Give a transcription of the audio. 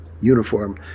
uniform